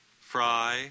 Fry